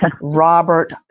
Robert